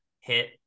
hit